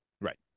Right